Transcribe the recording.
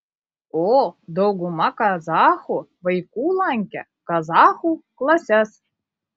o dauguma kazachų vaikų lankė kazachų klases